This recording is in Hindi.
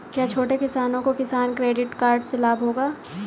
क्या छोटे किसानों को किसान क्रेडिट कार्ड से लाभ होगा?